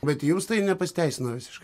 bet jums tai nepasiteisino visiškai